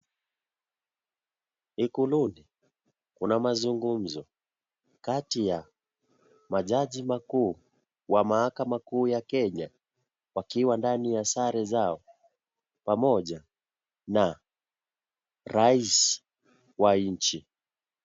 Ikuluni, kuna mazungumzo, kati ya, majaji makuu, wa mahakama kuu ya Kenya wakiwa ndani ya sare zao pamoja na rais wa nchi.